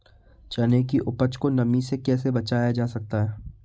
चने की उपज को नमी से कैसे बचाया जा सकता है?